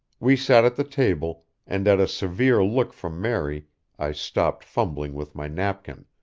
we sat at the table, and at a severe look from mary i stopped fumbling with my napkin,